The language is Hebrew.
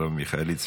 מרב מיכאלי,